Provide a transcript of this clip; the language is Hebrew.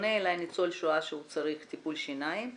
פונה אליי ניצול שואה שצריך טיפול שיניים,